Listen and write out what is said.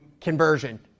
Conversion